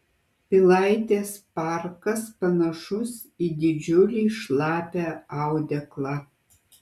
pilaitės parkas panašus į didžiulį šlapią audeklą